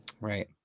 Right